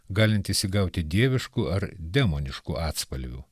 galintis įgauti dieviškų ar demoniškų atspalvių